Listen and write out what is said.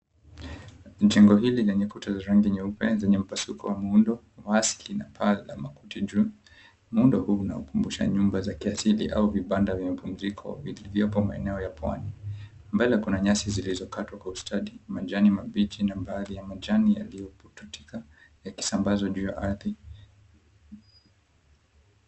Jengo hili lenye kuta za rangi nyeupe zenye mpasuko wa muundo waski na paa la makuti juu. Muundo huu unaokumbusha nyumba za kiasili vibanda vya mapumziko vilivyopo maeneo ya pwani. Mbele kuna nyasi zilizokatwa kwa ustadi majani mabichi na baadhi ya majani yaliyopututika yakisambzwa juu ya ardhi.